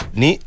ni